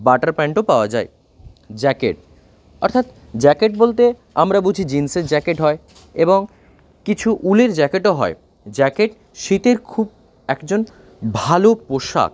butter প্যান্টও পাওয়া যায় জ্যাকেট অর্থাৎ জ্যাকেট বলতে আমরা বুঝি জিন্সের জ্যাকেট হয় এবং কিছু উলের জ্যাকেটও হয় জ্যাকেট শীতের খুব একজন ভালো পোশাক